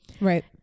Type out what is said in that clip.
Right